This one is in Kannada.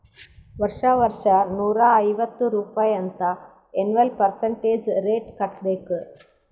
ವರ್ಷಾ ವರ್ಷಾ ನೂರಾ ಐವತ್ತ್ ರುಪಾಯಿ ಅಂತ್ ಎನ್ವಲ್ ಪರ್ಸಂಟೇಜ್ ರೇಟ್ ಕಟ್ಟಬೇಕ್